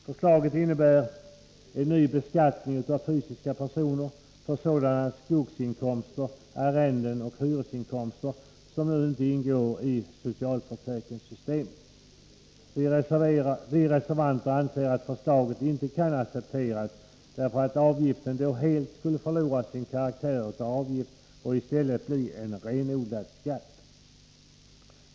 Förslaget innebär en ny beskattning av fysiska personer för sådana skogsinkomster, arrenden och hyresinkomster som inte ingår i socialförsäkringssystemet. Vi reservanter anser att förslaget inte kan accepteras, därför att avgiften då helt skulle förlora sin karaktär av avgift och i stället bli en renodlad skatt.